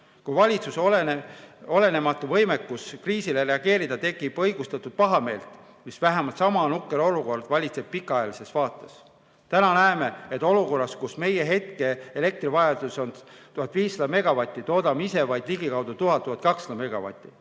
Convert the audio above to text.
Kui valitsuse olematu võimekus kriisile reageerida tekitab õigustatud pahameelt, siis vähemalt sama nukker olukord valitseb pikaajalises vaates. Täna näeme, et olukorras, kus meie hetke elektrivajadus on 1500 megavatti, toodame ise vaid ligikaudu 1000–1200 megavatti.